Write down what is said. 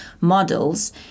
models